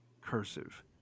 cursive